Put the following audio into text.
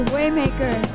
Waymaker